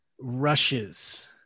rushes